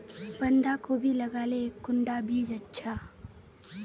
बंधाकोबी लगाले कुंडा बीज अच्छा?